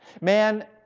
Man